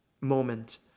moment